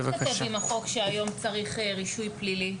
איך זה מתכתב עם החוק שהיום צריך רישוי פלילי?